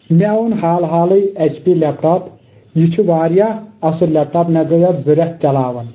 مےٚ اوٚن حال حالے ایچ پی لیٚپ ٹاپ یہِ چھُ واریاہ اصٕل لیٚپ ٹاپ مےٚ گے اتھ زٕ رٮ۪تھ چلاوان